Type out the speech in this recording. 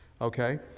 okay